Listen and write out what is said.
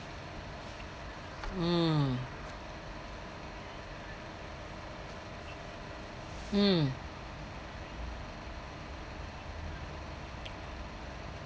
mm mm